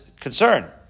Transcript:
concern